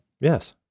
Yes